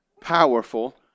powerful